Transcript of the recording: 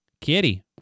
Kitty